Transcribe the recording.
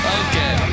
okay